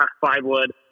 five-wood